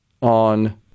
on